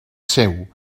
seu